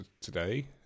today